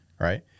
Right